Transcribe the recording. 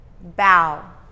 Bow